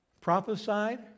prophesied